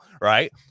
right